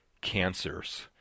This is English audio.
cancers